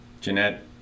Jeanette